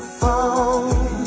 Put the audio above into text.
phone